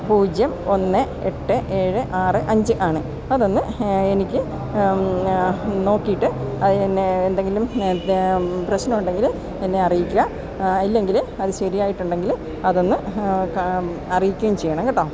പൂജ്യം ഒന്ന് എട്ട് ഏഴ് ആറ് അഞ്ച് ആണ് അതൊന്ന് എനിക്ക് നോക്കിയിട്ട് അത് പിന്നെ എന്തെങ്കിലും പ്രശ്നമുണ്ടെങ്കില് എന്നെ അറിയിക്കുക ഇല്ലെങ്കില് അത് ശരിയായിട്ടുണ്ടെങ്കില് അതൊന്ന് ക അറിയിക്കുകയും ചെയ്യണം കേട്ടോ